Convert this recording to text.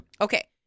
Okay